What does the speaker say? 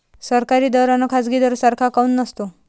सरकारी दर अन खाजगी दर सारखा काऊन नसतो?